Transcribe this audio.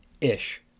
ish